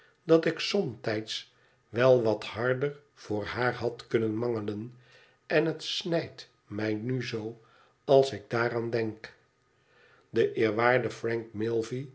dat ik somtijds wel wat harder voor haar had kunnen mangelen en het snijdt mij nu zoo als ik daaraan denk de eerwaardde frank